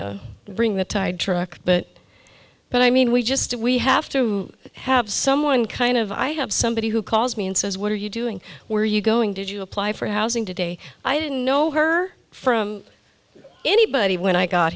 take bring the tide truck but but i mean we just we have to have someone kind of i have somebody who calls me and says what are you doing where are you going to apply for housing today i didn't know her from anybody when i got